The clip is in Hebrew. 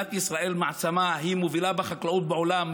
מדינת ישראל היא מעצמה: היא מובילה בחקלאות בעולם,